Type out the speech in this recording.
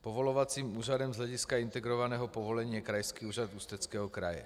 Povolovacím úřadem z hlediska integrovaného povolení je Krajský úřad Ústeckého kraje.